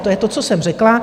To je to, co jsem řekla.